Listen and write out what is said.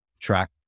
track